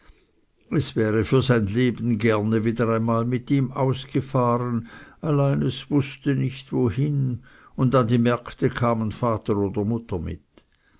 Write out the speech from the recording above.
es wäre für sein leben gerne wieder einmal mit ihm ausgefahren allein es wußte nicht wohin und an die märkte kamen vater oder mutter mit